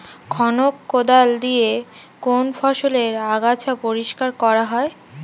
খনক কোদাল দিয়ে কোন ফসলের আগাছা পরিষ্কার করা হয়?